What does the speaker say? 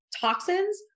Toxins